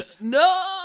no